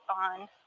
on